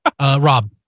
rob